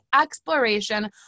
exploration